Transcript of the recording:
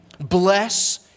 Bless